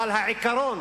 אבל העיקרון